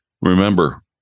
Remember